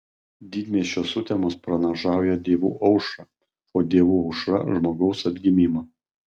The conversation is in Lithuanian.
didmiesčio sutemos pranašauja dievų aušrą o dievų aušra žmogaus atgimimą